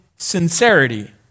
sincerity